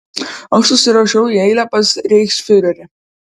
aš užsirašiau į eilę pas reichsfiurerį